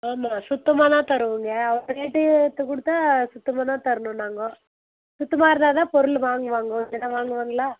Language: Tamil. ஆமாம் சுத்தமாக தான் தருவோங்க அவர்கிட்ட கேட்டு எடுத்துக்கொடுத்தா சுத்தமாக தான் தரணும் நாங்க சுத்தமாக இருந்தால் தான் பொருள் வாங்குவாங்க இல்லைன்னா வாங்குவாங்களா